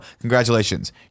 congratulations